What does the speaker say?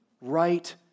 right